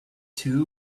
tube